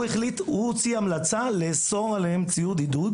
הוא הוציא המלצה לאסור עליהם ציוד עידוד,